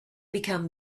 become